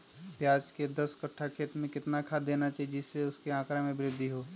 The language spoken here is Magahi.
प्याज के दस कठ्ठा खेत में कितना खाद देना चाहिए जिससे उसके आंकड़ा में वृद्धि हो?